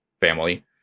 family